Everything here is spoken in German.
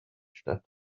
stadt